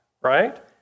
right